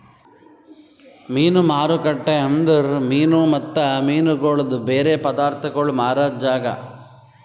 ಮೀನು ಮಾರುಕಟ್ಟೆ ಅಂದುರ್ ಮೀನು ಮತ್ತ ಮೀನಗೊಳ್ದು ಬೇರೆ ಪದಾರ್ಥಗೋಳ್ ಮಾರಾದ್ ಜಾಗ